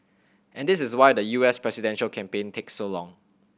and this is why the U S presidential campaign takes so long